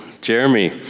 Jeremy